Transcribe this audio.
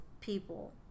people